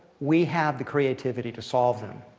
we have the creativity to solve them.